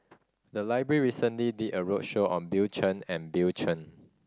the library recently did a roadshow on Bill Chen and Bill Chen